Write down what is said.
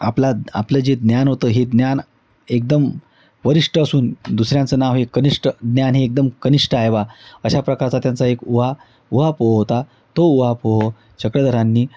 आपला आपलं जे ज्ञान होतं हे ज्ञान एकदम वरिष्ठ असून दुसऱ्यांचं नाव हे कनिष्ट ज्ञान हे एकदम कनिष्ट आहे बा अशा प्रकारचा त्यांचा एक उहा उहापोह होता तो उहापोह चक्रधरांनी